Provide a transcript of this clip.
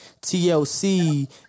TLC